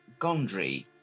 Gondry